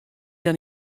dan